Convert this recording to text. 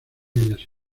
ellas